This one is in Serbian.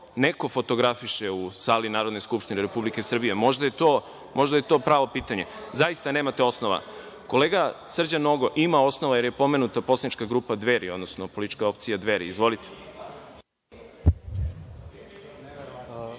neko fotografiše u sali Narodne skupštine Republike Srbije? Možda je to pravo pitanje. Zaista nemate osnova. Kolega Srđan Nogo ima osnova, jer je pomenuta poslanička grupa Dveri, odnosno politička opcija Dveri. Izvolite.